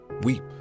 Weep